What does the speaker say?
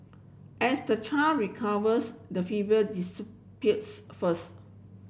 as the child recovers the fever disappears first